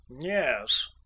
Yes